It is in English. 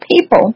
people